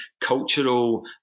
cultural